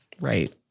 Right